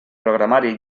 programari